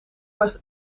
was